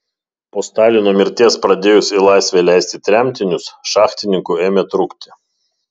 po stalino mirties pradėjus į laisvę leisti tremtinius šachtininkų ėmė trūkti